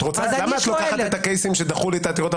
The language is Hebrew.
למה את לוקחת את הקייסים שדחו לי את העתירות על